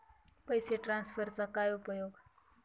पैसे ट्रान्सफरचा काय उपयोग?